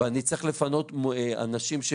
ואני צריך לפנות אנשים,